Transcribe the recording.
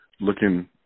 looking